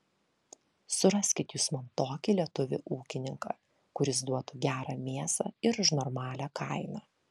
suraskit jūs man tokį lietuvį ūkininką kuris duotų gerą mėsą ir už normalią kainą